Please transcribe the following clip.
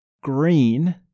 green